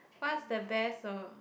what's the best or